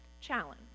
challenge